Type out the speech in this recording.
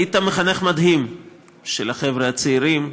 היית מחנך מדהים של החבר'ה הצעירים,